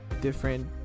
different